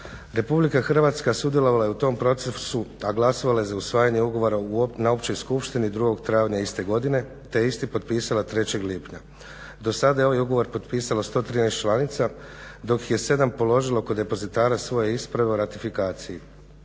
procesa UN-a. RH sudjelovala je u tom procesu a glasovala je za usvajanje ugovora na općoj skupštini 2.travnja iste godine te isti potpisala 3.lipnja. Do sada je ovaj ugovor potpisalo 113 članica dok je 7 položio kod depozitara svoje isprave o ratifikaciji.